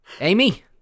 Amy